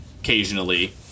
occasionally